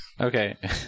Okay